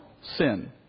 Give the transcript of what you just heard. sin